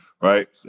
right